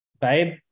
babe